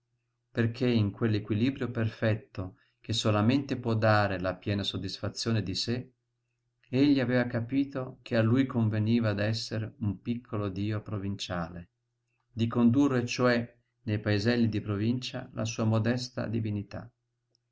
perché in quell'equilibrio perfetto che solamente può dare la piena soddisfazione di sé egli aveva capito che a lui conveniva d'essere un piccolo dio provinciale di condurre cioè nei paeselli di provincia la sua modesta divinità